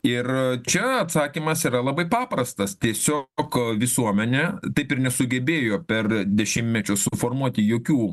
ir čia atsakymas yra labai paprastas tiesiog visuomenė taip ir nesugebėjo per dešimtmečius suformuoti jokių